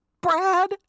Brad